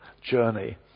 journey